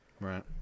Right